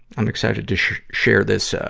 i'm excited to share this, ah,